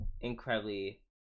incredibly